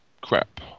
crap